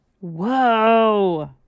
Whoa